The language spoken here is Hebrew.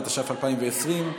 התש"ף 2020,